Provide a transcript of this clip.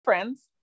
Friends